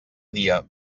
dia